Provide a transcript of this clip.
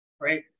right